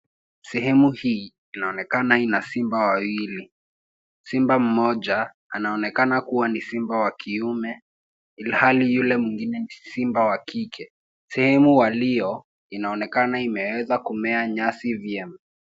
Sehemu hii inaonekana ina simba wawili. Simba mmoja anaonekana kuwa ni simba wa kiume ilhali yule mwingine ni simba wa kike. Sehemu walio inaonekana imeweza kumea nyasi vyema.